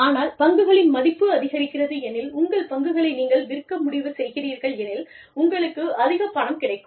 ஆனால் பங்குகளின் மதிப்பு அதிகரிக்கிறது எனில் உங்கள் பங்குகளை நீங்கள் விற்க முடிவு செய்கிறீர்கள் எனில் உங்களுக்கு அதிகப் பணம் கிடைக்கும்